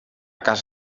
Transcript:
cas